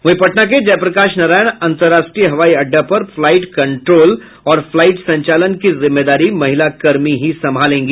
वहीं पटना के जयप्रकाश नारायण अंतर्राष्ट्रीय हवाई अड्डा पर फ्लाईट कंट्रोल ओर फ्लाईट संचालन की जिम्मेदारी महिला कर्मी हीं संभालेंगी